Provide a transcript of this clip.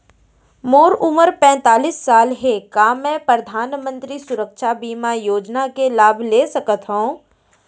मोर उमर पैंतालीस साल हे का मैं परधानमंतरी सुरक्षा बीमा योजना के लाभ ले सकथव?